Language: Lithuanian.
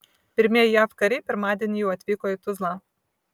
pirmieji jav kariai pirmadienį jau atvyko į tuzlą